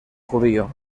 judío